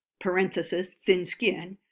parentheses, thin-skinned,